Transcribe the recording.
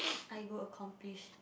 I go accomplish